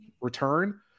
return